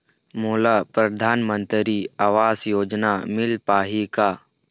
मोला परधानमंतरी आवास योजना मिल पाही का?